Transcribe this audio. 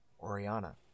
oriana